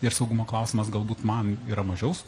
ir saugumo klausimas galbūt man yra mažiau